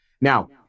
Now